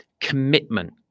Commitment